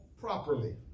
properly